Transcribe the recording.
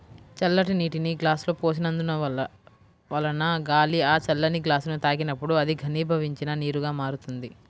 చల్లటి నీటిని గ్లాసులో పోసినందువలన గాలి ఆ చల్లని గ్లాసుని తాకినప్పుడు అది ఘనీభవించిన నీరుగా మారుతుంది